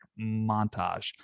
montage